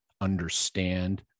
understand